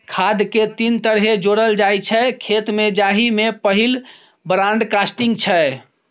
खाद केँ तीन तरहे जोरल जाइ छै खेत मे जाहि मे पहिल ब्राँडकास्टिंग छै